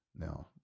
Now